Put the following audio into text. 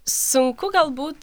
sunku galbūt